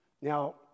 Now